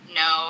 no